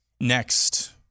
Next